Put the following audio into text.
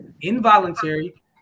involuntary